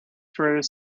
through